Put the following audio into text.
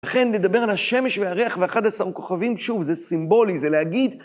ולכן לדבר על השמש והירח ואחד עשר הכוכבים, שוב, זה סימבולי, זה להגיד...